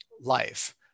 life